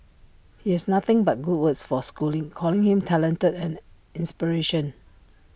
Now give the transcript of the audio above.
he has nothing but good words for schooling calling him talented and an inspiration